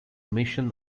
mission